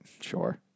Sure